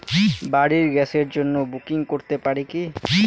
বাড়ির গ্যাসের জন্য বুকিং করতে পারি কি?